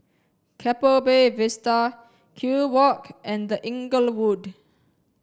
Keppel Bay Vista Kew Walk and The Inglewood